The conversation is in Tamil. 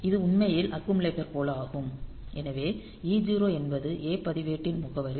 இது உண்மையில் அக்குமுலேட்டர் போல ஆகும் எனவே e0 என்பது A பதிவேட்டின் முகவரி